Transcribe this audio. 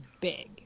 big